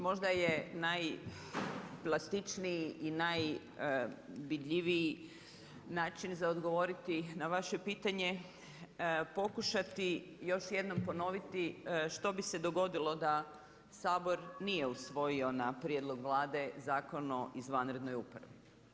Možda je najplastičniji i najvidljiviji način za odgovoriti na vaše pitanje, pokušati još jednom ponoviti, što bi se dogodilo da Sabor nije usvojio, na prijedlog Vlade, Zakon o izvanrednoj upravi.